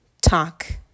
Talk